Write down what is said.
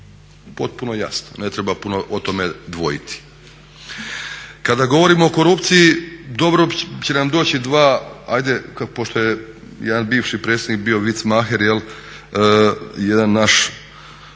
potpuno jasno, ne treba puno o tome dvojiti. Kada govorimo o korupciji dobro će nam doći dva ajde, pošto je jedan bivši predsjednik bio vic maher, jedan naš